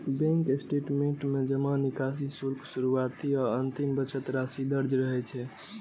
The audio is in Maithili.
बैंक स्टेटमेंट में जमा, निकासी, शुल्क, शुरुआती आ अंतिम बचत राशि दर्ज रहै छै